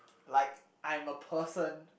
like I'm a person